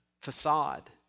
facade